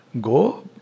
go